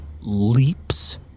leaps